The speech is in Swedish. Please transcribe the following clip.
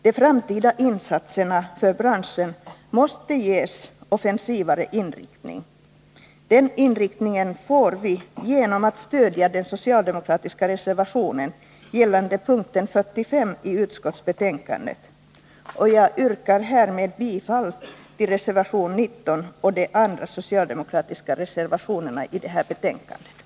De framtida insatserna för branschen måste ges offensivare inriktning. Den inriktningen får vi genom att stödja den socialdemokratiska reservationen gällande p. 45 i utskottsbetänkandet. Jag yrkar härmed bifall till reservation 19 och de andra socialdemokratiska reservationerna i betänkandet.